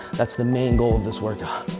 that's the main goal of this workout.